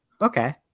Okay